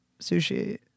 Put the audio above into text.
sushi